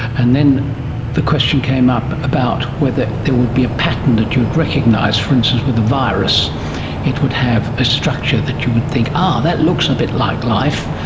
and then the question came up about whether there would be a pattern that you'd recognise, for instance with a virus it would have a structure that you would think, ah, that looks a bit like life,